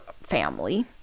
family